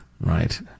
right